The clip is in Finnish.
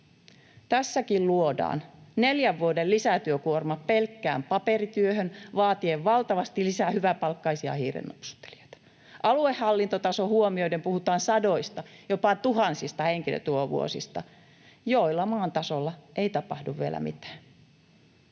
Tässäkin luodaan neljän vuoden lisätyökuorma pelkkään paperityöhön, vaatien valtavasti lisää hyväpalkkaisia hiirennapsuttelijoita. Aluehallintotaso huomioiden puhutaan sadoista, jopa tuhansista henkilötyövuosista, joilla maan tasolla ei tapahdu vielä mitään.